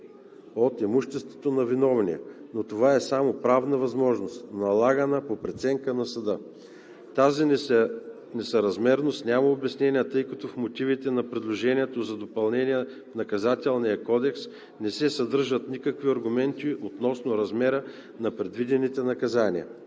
от имуществото на виновния, но това е само правна възможност, налагана по преценка на съда. Тази несъразмерност няма обяснение, тъй като в мотивите на предложението за допълнение в Наказателния кодекс не се съдържат никакви аргументи относно размера на предвидените наказания.